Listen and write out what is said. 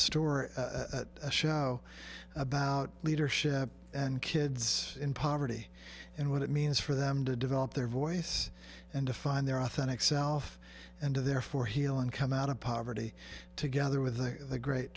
story at a show about leadership and kids in poverty and what it means for them to develop their voice and to find their authentic self and to therefore heal and come out of poverty together with the great